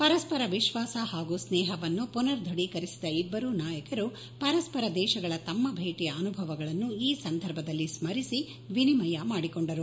ಪರಸ್ವರ ವಿಶ್ವಾಸ ಹಾಗೂ ಸ್ನೇಹವನ್ನು ಪುನರ್ ದೃಢೀಕರಿಸಿದ ಇಬ್ಬರೂ ನಾಯಕರು ಪರಸ್ವರ ದೇಶಗಳ ತಮ್ಮ ಭೇಟಿಯ ಅನುಭವಗಳನ್ನು ಈ ಸಂದರ್ಭದಲ್ಲಿ ಸ್ಕರಿಸಿ ವಿನಿಮಯ ಮಾಡಿಕೊಂಡರು